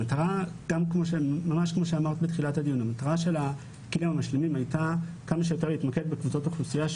המטרה של הכלים המשלימים הייתה כמה שיותר להתמקד בקבוצות אוכלוסייה,